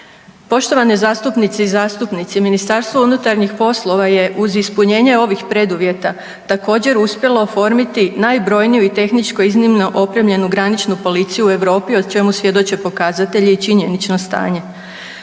Poštovane zastupnice i zastupnici, MUP je uz ispunjenje ovih preduvjeta također uspjelo oformiti najbrojniju i tehničko iznimno opremljenu graničnu policiju u Europi o čemu svjedoče pokazatelji i činjenično stanje.